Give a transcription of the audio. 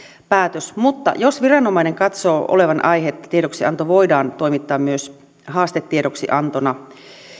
päätös mutta jos viranomainen katsoo olevan aihetta tiedoksianto voidaan toimittaa myös haastetiedoksiantona